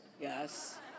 Yes